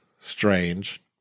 Strange